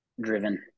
driven